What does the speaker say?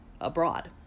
abroad